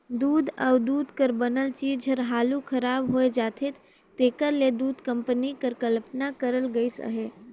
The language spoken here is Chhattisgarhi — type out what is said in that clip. दूद अउ दूद कर बनल चीज हर हालु खराब होए जाथे तेकर ले दूध कंपनी कर कल्पना करल गइस अहे